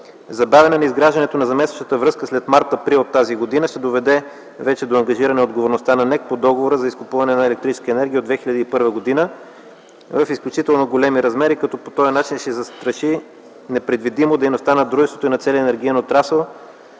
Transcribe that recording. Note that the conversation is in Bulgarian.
Забавяне на изграждането на заместващата връзка след март-април т.г. ще доведе до ангажиране отговорността на НЕК по договора за изкупуване на електрическа енергия от 2001 г. в изключително големи размери, като по този начин ще застраши непредвидимо дейността на дружеството и на целия енергиен отрасъл